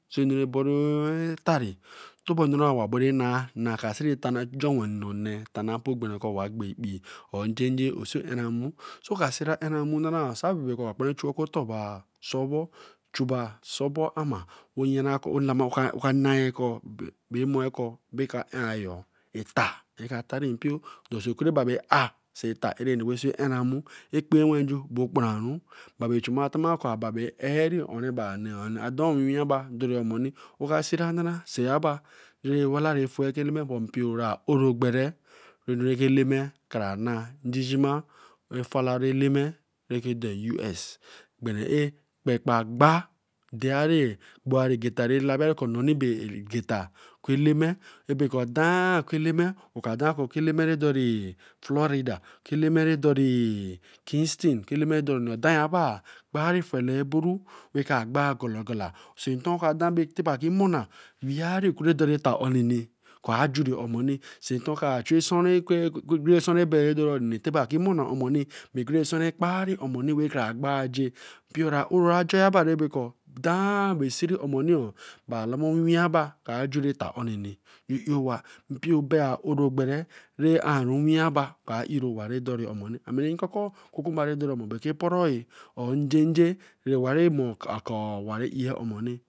Chenu raberu etari tobo enu ra bo ra na nna ka siri Jon wen nennee tana mpo ko oba bo ekpii, njenje asi arenmu, Sira erenmu nara ска кparen chu oku otor bai soi obo chuba soi bo amai benakor baka eneye eta eta rinpio. Da so kwere ba bae re ar areni see aramu ekpenwenju bay Kparun babere atap chuma kor earin un ba see. Da bwinwireba don oni reka sin anara don labiri ko noni bac egefa eleme, ebenor dan eku eleme ban dan eku eleme bae do Florida, eleme ra dari Kingston, dayabai bae fanaburu ra ka gba gala gola. Tin ba ken mor, weari oku egeta ar juri omoni sin to ka chu asen rai bae ra do oni ta eba kimona omo ba nsan ra Kpari omoni ta kra baje. Mpiora oro ebekor dan ebere siri omoni co ba lama owiwi abaa Ker a juri eta Uni ju eyeh awa, mpio a oro ogbere ar are owg ra dan amer ra are owin win eba ar aie owa ra don omor ami nn koko kokonba ra do ome bar sey pero eh er njejen.